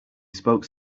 spoke